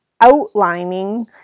outlining